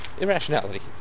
Irrationality